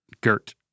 gert